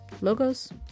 logos